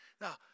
Now